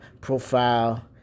profile